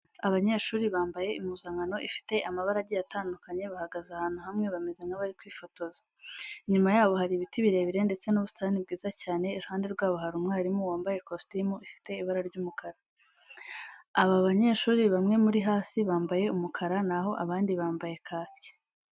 Abanyeshuri bambaye impuzankano ifite amabara agiye atandukanye bahagaze ahantu hamwe bameze nk'abari kwifotoza. Inyuma yabo hari ibiti birebire ndetse n'ubusitani bwiza cyane, iruhande rwabo hari umwarimu wambaye kositimu ifite ibara ry'umukara. Aba banyeshuri bamwe muri hasi bambaye umukara, naho abandi bambaye kaki.